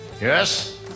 Yes